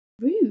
rude